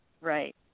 right